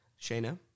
Shayna